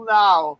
now